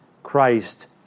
Christ